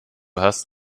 hast